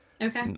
Okay